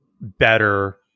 better